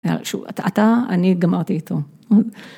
אתה, אני גמרתי איתו.